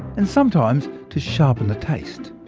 and sometimes to sharpen the taste.